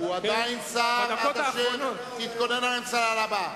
הוא עדיין שר, עד אשר תתכונן הממשלה הבאה.